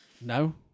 No